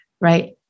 right